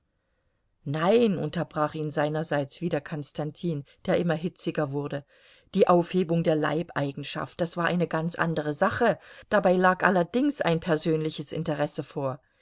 nein unterbrach ihn seinerseits wieder konstantin der immer hitziger wurde die aufhebung der leibeigenschaft das war eine ganz andere sache dabei lag allerdings ein persönliches interesse vor